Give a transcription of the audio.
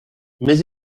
mais